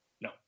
No